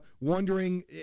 wondering